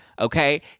okay